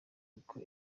nkuko